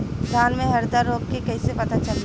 धान में हरदा रोग के कैसे पता चली?